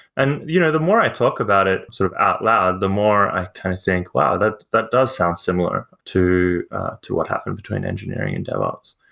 and you know the more i talk about it sort of out loud, the more i think, wow, that that does sound similar to to what happened between engineering and devops.